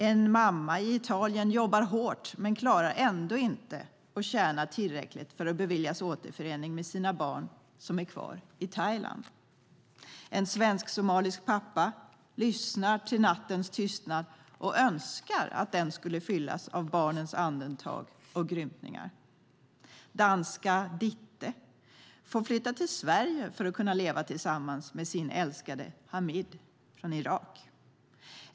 En mamma i Italien jobbar hårt men klarar ändå inte att tjäna tillräckligt för att beviljas återförening med sina barn som är kvar i Thailand. En svensk-somalisk pappa lyssnar till nattens tystnad och önskar att den skulle fyllas av barnens andetag och grymtningar. Danska Ditte får flytta till Sverige för att kunna leva tillsammans med sin älskade Hamid från Irak.